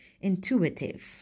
intuitive